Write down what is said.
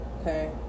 Okay